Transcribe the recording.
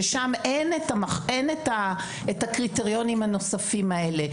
שם אין את הקריטריונים הנוספים האלה.